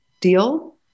deal